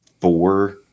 four